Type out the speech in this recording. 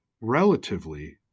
relatively